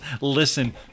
listen